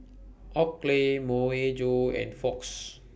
Oakley Myojo and Fox